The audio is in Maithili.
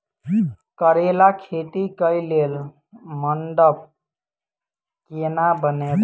करेला खेती कऽ लेल मंडप केना बनैबे?